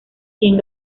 cien